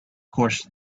course